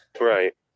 Right